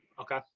okay.